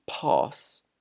pass